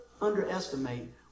underestimate